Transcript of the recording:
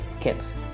kids